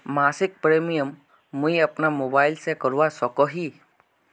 मासिक प्रीमियम मुई अपना मोबाईल से करवा सकोहो ही?